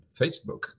facebook